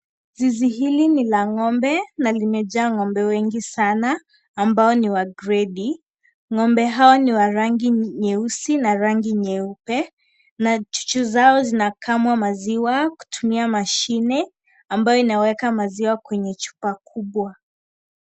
Zizi hili ni la ngombe na limeja ngombe mingi sana ambao ni wa gredi ngombe hawa ni wa rangi nyeusi na rangi nyeupe na chuchu zao zinakamwa maziwa kutumia mashine amaboa inaweka maziwa kwenye chupa kubwa.